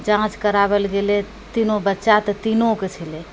जाँच कराबैलए गेलै तीनो बच्चा तऽ तीनोके छलै